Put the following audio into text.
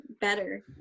better